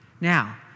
Now